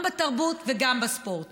בואי